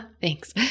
Thanks